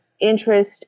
interest